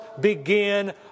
begin